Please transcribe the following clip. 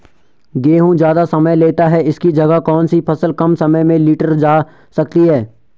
गेहूँ ज़्यादा समय लेता है इसकी जगह कौन सी फसल कम समय में लीटर जा सकती है?